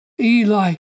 Eli